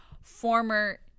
former